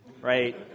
right